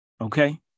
Okay